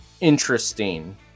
interesting